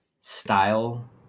style